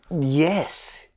yes